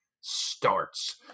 starts